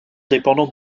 dépendant